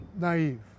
naive